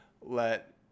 let